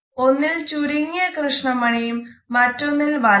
ഒന്നിൽ ചുരുങ്ങിയ കൃഷ്ണ മണിയും മറ്റൊന്നിൽ വലുതും